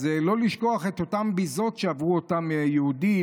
לא לשכוח את אותן ביזות שעברו אותם יהודים,